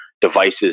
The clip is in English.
devices